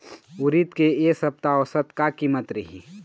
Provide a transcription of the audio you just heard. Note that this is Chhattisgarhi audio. उरीद के ए सप्ता औसत का कीमत रिही?